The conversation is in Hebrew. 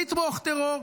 לתמוך טרור,